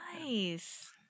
nice